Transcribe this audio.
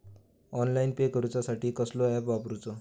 Online pay करूचा साठी कसलो ऍप वापरूचो?